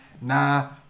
nah